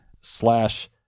slash